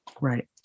Right